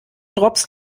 drops